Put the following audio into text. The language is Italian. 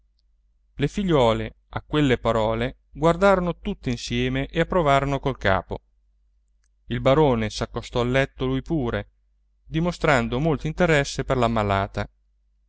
le figliuole a quelle parole guardarono tutte insieme e approvarono col capo il barone s'accostò al letto lui pure dimostrando molto interesse per l'ammalata